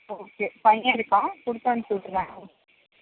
okay பையன் இருக்கான் கொடுத்து அனுப்பிச்சி விட்டுட்றேன்